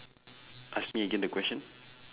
ask me again the question